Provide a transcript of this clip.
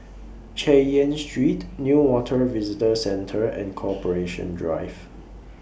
Chay Yan Street Newater Visitor Centre and Corporation Drive